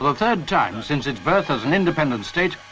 um third time since its birth as an independent state,